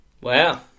Wow